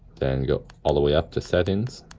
then go all the way up to settings,